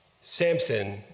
Samson